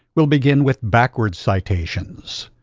we'll begin with backward citations.